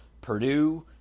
Purdue